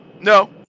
No